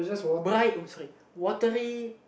bright outside watery